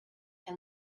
and